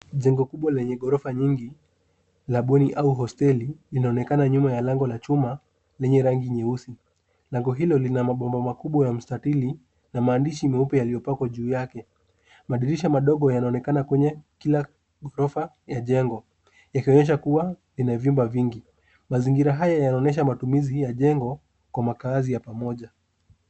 Jengo kubwa lenye ghorofa nyingi, la bweni au hosteli, inaonekana nyuma ya lango la chuma, lenye rangi nyeusi. Lango hilo lina mabomba makubwa ya mstatili, na maandishi meupe yaliopakwa juu yake. Madirisha madogo yanaonekana kwenye kila ghorofa, ya jengo, yakionyesha kuwa ina vyumba vingi. Mazingira haya yanaonyesha matumizi ya jengo, kwa makazi ya pamoja.